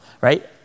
right